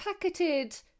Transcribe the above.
packeted